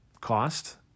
cost